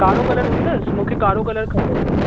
कारो कलर हूंदसि मूंखे कारो कलर खपंदो